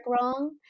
wrong